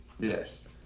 Yes